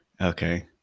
Okay